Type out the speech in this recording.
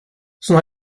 son